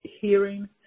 hearing